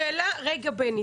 גלעד,